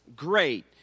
great